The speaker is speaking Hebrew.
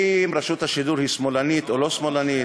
אם רשות השידור היא שמאלנית או לא שמאלנית.